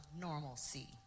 normalcy